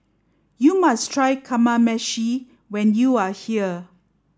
you must try Kamameshi when you are here